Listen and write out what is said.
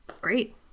great